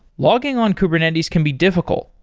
logging on kubernetes can be difficult,